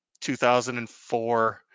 2004